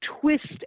twist